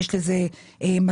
יש לזה משמעויות.